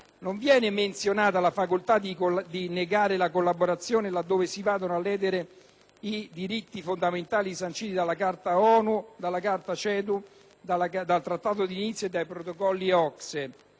Non viene menzionata la facoltà di negare la collaborazione laddove si vadano a ledere i diritti fondamentali sanciti dalla Carta ONU, dalla Carta CEDU, dal Trattato di Nizza e dai Protocolli OCSE.